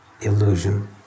Illusion